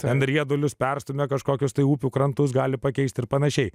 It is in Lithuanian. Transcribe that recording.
ten riedulius perstumia kažkokius tai upių krantus gali pakeisti ir panašiai